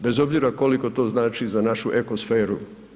Bez obzira koliko to znači za naši eko sferu.